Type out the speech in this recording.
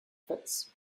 fits